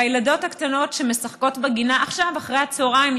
והילדות הקטנות שמשחקות בגינה עכשיו אחרי הצוהריים,